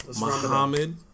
Muhammad